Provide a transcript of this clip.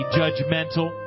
judgmental